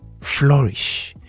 flourish